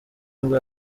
nibwo